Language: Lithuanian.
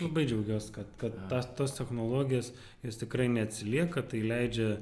labai džiaugiuos kad kad ta tos technologijos jos tikrai neatsilieka tai leidžia